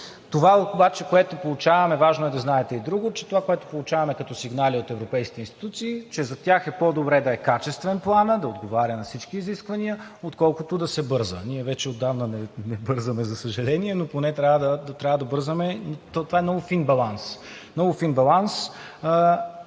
пера отначало. Важно е да знаете и друго – това, което получаваме като сигнали от европейските институции, че за тях е по-добре да е качествен планът, да отговаря на всички изисквания, отколкото да се бърза. Ние вече отдавна не бързаме, за съжаление. То това е много фин баланс.